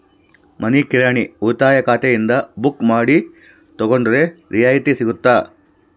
ಮನಿ ಕಿರಾಣಿ ಉಳಿತಾಯ ಖಾತೆಯಿಂದ ಬುಕ್ಕು ಮಾಡಿ ತಗೊಂಡರೆ ರಿಯಾಯಿತಿ ಸಿಗುತ್ತಾ?